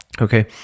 Okay